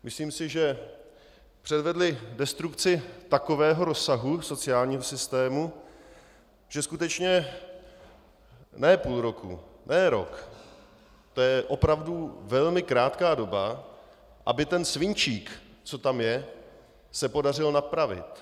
Myslím si, že předvedli destrukci takového rozsahu v sociálním systému, že skutečně ne půl roku, ne rok, to je opravdu velmi krátká doba, aby ten svinčík, co tam je, se podařilo napravit.